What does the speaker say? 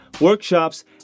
workshops